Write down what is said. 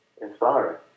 inspiring